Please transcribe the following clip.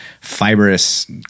fibrous